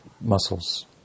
muscles